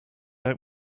out